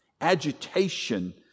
agitation